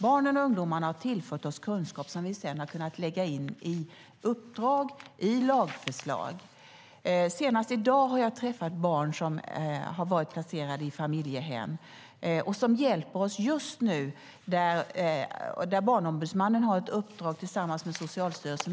Barnen och ungdomarna har tillfört oss kunskap som vi sedan har kunnat lägga in i uppdrag och i lagförslag. Senast i dag har jag träffat barn som har varit placerade i familjehem och som just nu hjälper oss genom det uppdrag som Barnombudsmannen har tillsammans med Socialstyrelsen.